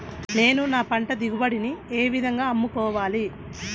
నేను నా పంట దిగుబడిని ఏ విధంగా అమ్ముకోవాలి?